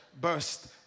burst